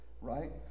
right